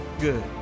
good